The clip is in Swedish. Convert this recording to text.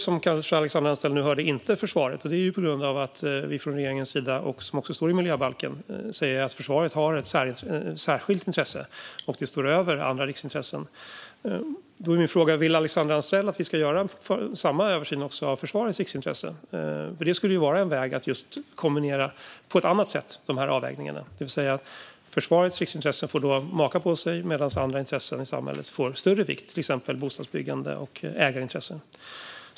Som Alexandra Anstrell kanske hörde ingår inte försvaret här, och det är på grund av att vi från regeringens sida säger att försvaret har ett särskilt intresse och att det står över andra riksintressen, vilket också står i miljöbalken. Min fråga är: Vill Alexandra Anstrell att vi ska göra samma översyn också av försvarets riksintressen? Det skulle vara en väg att på ett annat sätt kombinera avvägningarna, det vill säga att försvarets riksintressen får maka på sig medan andra intressen i samhället får större vikt, till exempel bostadsbyggande och ägarintressen.